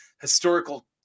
historical